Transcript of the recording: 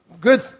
good